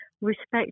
respect